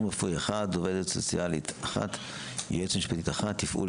רפואי 1; עובדת סוציאלית -1; יועצת משפטית 1; תפעול